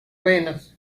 venas